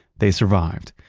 they survived,